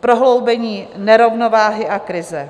prohloubení nerovnováhy a krize.